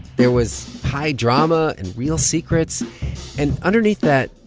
there was high drama and real secrets and, underneath that,